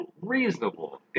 reasonable